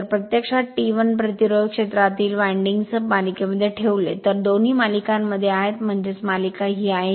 जर प्रत्यक्षात T1 प्रतिरोध क्षेत्रातील वळणा सह मालिकेमध्ये ठेवले तर दोन्ही मालिकांमध्ये आहेत म्हणजे मालिका ही आहे